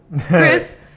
chris